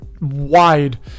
wide